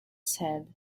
said